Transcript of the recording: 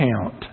count